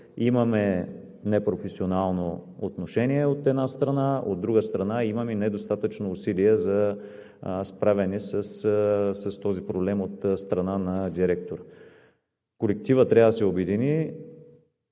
Имаме непрофесионално отношение, от една страна, от друга страна, имаме и недостатъчни усилия за справяне с този проблем от страна на директора. Колективът трябва да се обедини,